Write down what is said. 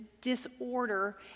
disorder